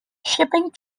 shipping